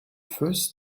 first